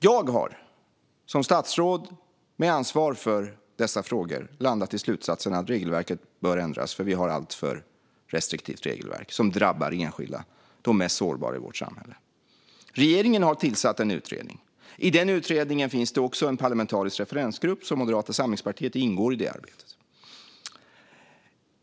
Jag har som statsråd med ansvar för dessa frågor landat i slutsatsen att regelverket bör ändras. Vi har ett alltför restriktivt regelverk som drabbar enskilda, de mest sårbara i vårt samhälle. Regeringen har tillsatt en utredning. I den utredningen finns också en parlamentarisk referensgrupp, och Moderata samlingspartiet ingår i det arbetet.